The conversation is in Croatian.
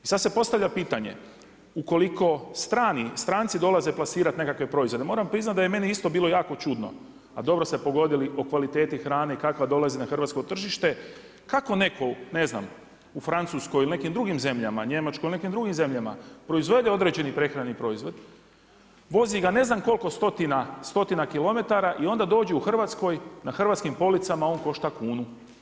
I sad se postavlja pitanje ukoliko stranci dolaze plasirati nekakve proizvode, moram priznati da je meni isto bilo jako čudno, a dobro ste pogodili o kvaliteti hrane kakva dolazi na hrvatsko tržište, kako netko, ne znam u Francuskoj ili nekim drugim zemljama, Njemačkoj ili nekim drugim zemljama proizvede određeni prehrambeni proizvod, vozi ga ne znam koliko stotina kilometara i onda dođe u Hrvatsku, na hrvatskim policama on košta kunu.